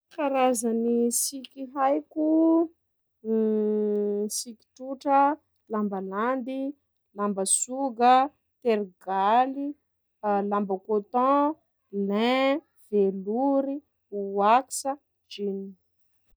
Karazagny siky haiko: siky trotra, lamba landy, lamba soga, terigaly, lamba coton, lain, velory, wax, jean.